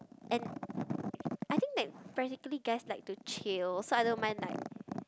and I think like practically guys like to chill so I don't mind like